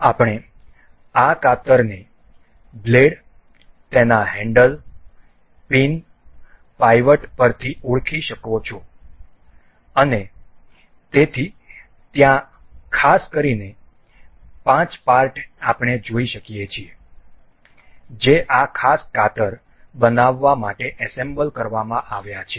આપણે આ કાતરને બ્લેડ તેના હેન્ડલ પિન પાઇવટ પર થી ઓળખી શકીએ છીએ અને તેથી ત્યાં ખાસ કરીને 5 પાર્ટ આપણે અહીં જોઈ શકીએ છીએ જે આ ખાસ કાતર બનાવવા માટે એસેમ્બલ કરવામાં આવ્યા છે